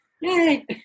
Yay